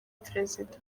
perezida